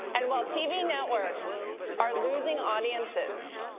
and while tv networks are losing audiences,